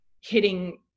hitting